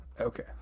Okay